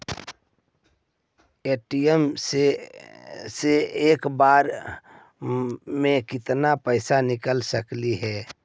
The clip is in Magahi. ए.टी.एम से एक बार मे केत्ना पैसा निकल सकली हे?